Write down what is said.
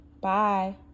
Bye